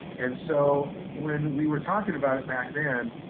and so when we were talking about it back then,